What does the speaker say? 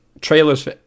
trailers